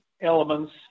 elements